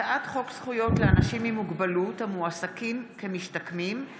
הצעת חוק זכויות לאנשים עם מוגבלות המועסקים כמשתקמים,